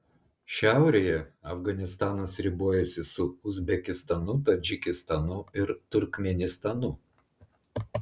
šiaurėje afganistanas ribojasi su uzbekistanu tadžikistanu ir turkmėnistanu